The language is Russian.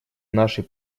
нашей